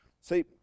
See